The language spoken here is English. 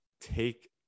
take